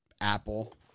Apple